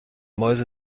mäuse